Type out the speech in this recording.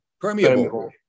Permeable